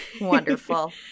wonderful